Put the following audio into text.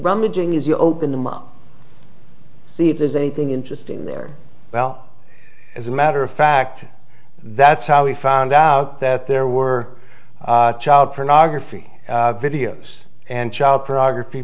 rumaging if you open them up to see if there's anything interesting there well as a matter of fact that's how we found out that there were child pornography videos and child pornography